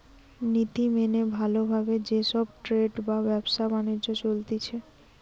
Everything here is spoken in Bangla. নীতি মেনে ভালো ভাবে যে সব ট্রেড বা ব্যবসা বাণিজ্য চলতিছে